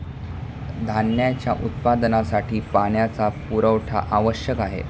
धान्याच्या उत्पादनासाठी पाण्याचा पुरवठा आवश्यक आहे